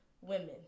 women